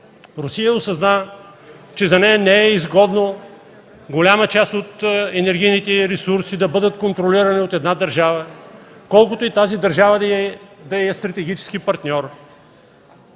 Русия осъзна, че за нея не е изгодно голяма част от енергийните ресурси да бъдат контролирани от една държава, колкото и тази държавата да й е стратегически партньор.